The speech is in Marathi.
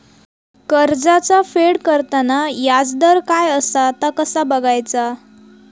कर्जाचा फेड करताना याजदर काय असा ता कसा बगायचा?